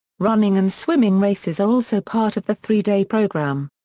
running and swimming races are also part of the three-day program.